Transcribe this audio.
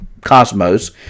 cosmos